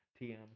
TM